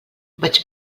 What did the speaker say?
vaig